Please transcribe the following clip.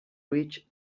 reach